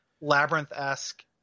labyrinth-esque